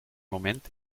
moment